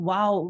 Wow